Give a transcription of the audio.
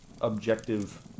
objective